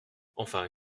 enfin